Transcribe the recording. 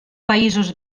països